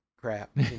crap